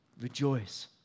Rejoice